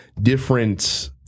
different